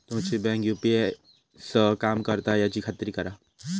तुमची bank UPI सह काम करता याची खात्री करा